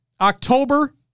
October